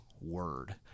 word